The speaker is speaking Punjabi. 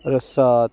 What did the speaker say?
ਰਸਾਤ